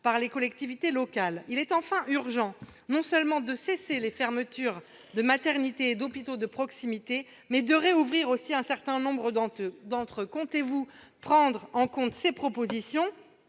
par les collectivités locales. Il est enfin urgent non seulement de mettre fin aux fermetures de maternités et d'hôpitaux de proximité, mais également de rouvrir un certain nombre d'entre eux. Comptez-vous prendre en compte ces propositions ?